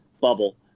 bubble